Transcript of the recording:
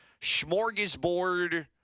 smorgasbord